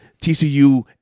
TCU